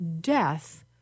death